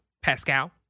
Pascal